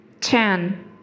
Ten